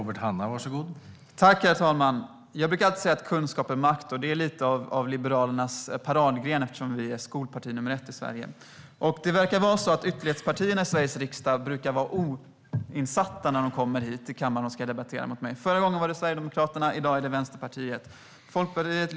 Herr talman! Jag brukar alltid säga att kunskap är makt, och kunskap är lite av Liberalernas paradgren, eftersom vi är skolparti nummer ett i Sverige. Ytterlighetspartierna i Sveriges riksdag brukar vara oinsatta när de kommer hit till kammaren och ska debattera mot mig. Förra gången var det Sverigedemokraterna, och i dag är det Vänsterpartiet.